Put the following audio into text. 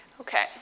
Okay